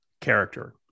character